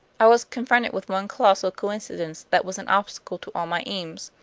i was confronted with one colossal coincidence that was an obstacle to all my aims.